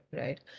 right